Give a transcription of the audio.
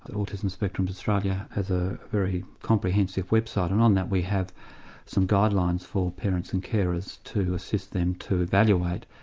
autism spectrum australia has a very comprehensive website and on that we have some guidelines for parents and carers to assist them to evaluate.